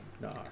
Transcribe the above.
No